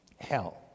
Hell